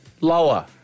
Lower